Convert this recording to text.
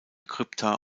krypta